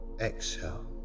exhale